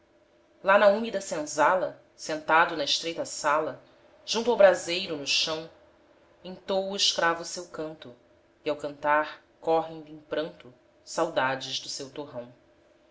na úmida senzala sentado na estreita sala junto ao braseiro no chão entoa o escravo o seu canto e ao cantar correm lhe em pranto saudades do seu torrão